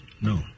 No